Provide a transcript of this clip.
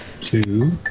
Two